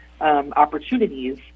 opportunities